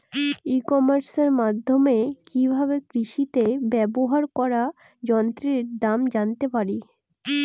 ই কমার্সের মাধ্যমে কি ভাবে কৃষিতে ব্যবহার করা যন্ত্রের দাম জানতে পারি?